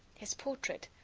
his portrait?